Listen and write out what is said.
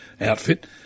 outfit